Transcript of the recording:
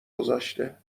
گذاشته